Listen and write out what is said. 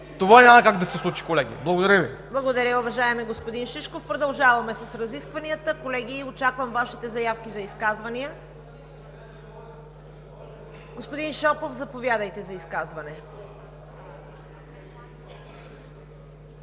Това няма как да се случи, колеги. Благодаря Ви. ПРЕДСЕДАТЕЛ ЦВЕТА КАРАЯНЧЕВА: Благодаря, уважаеми господин Шишков. Продължаваме с разискванията. Колеги, очаквам Вашите заявки за изказвания. Господин Шопов, заповядайте за изказване.